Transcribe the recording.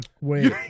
Wait